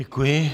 Děkuji.